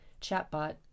chatbot